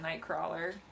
Nightcrawler